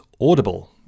Audible